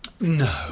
No